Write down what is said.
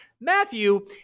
Matthew